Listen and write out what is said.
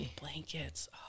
Blankets